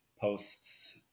posts